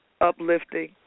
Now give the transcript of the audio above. uplifting